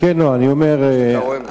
אם אין תשובה,